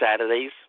Saturdays